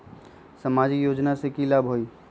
सामाजिक योजना से की की लाभ होई?